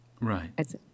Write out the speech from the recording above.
Right